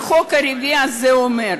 החוק הרביעי הזה אומר: